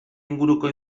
inguruko